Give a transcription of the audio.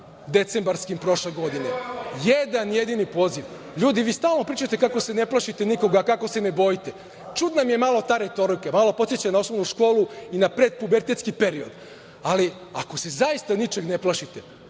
decembarskim prošle godine. Jedan jedini poziv.10/3 GD/MPLjudi, vi stalno pričate kako se ne plašite nikoga, kako se ne bojite. Čudna mi je malo ta retorika. Malo podseća na osnovnu školu i na predpubertetski period, ali ako se zaista ničeg ne plašite,